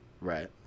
right